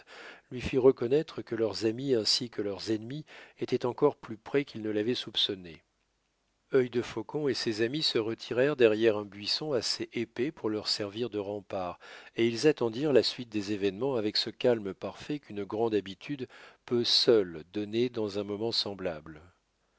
lui firent reconnaître que leurs amis ainsi que leurs ennemis étaient encore plus près qu'il ne l'avait soupçonné œilde faucon et ses amis se retirèrent derrière un buisson assez épais pour leur servir de rempart et ils attendirent la suite des événements avec ce calme parfait qu'une grande habitude peut seule donner dans un moment semblable